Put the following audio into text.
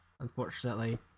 unfortunately